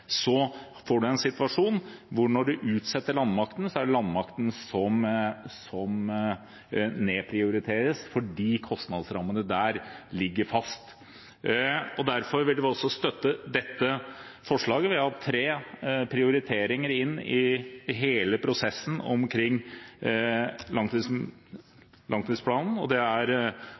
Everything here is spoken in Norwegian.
en situasjon når vi utsetter landmakten, hvor det er landmakten som nedprioriteres, fordi kostnadsrammene der ligger fast. Derfor vil vi også støtte dette forslaget. Vi har hatt tre prioriteringer inn i hele prosessen omkring langtidsplanen. Vi må ta utgangspunkt i det